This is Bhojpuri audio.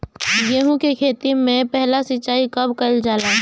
गेहू के खेती मे पहला सिंचाई कब कईल जाला?